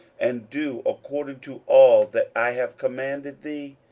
and do according to all that i have commanded thee,